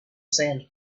sand